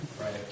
right